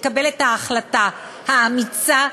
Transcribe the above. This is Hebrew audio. לקבל את ההחלטה האמיצה,